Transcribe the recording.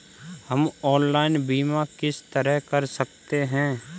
हम ऑनलाइन बीमा किस तरह कर सकते हैं?